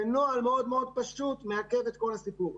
אבל נוהל מאוד מאוד פשוט מעכב את כל הסיפור.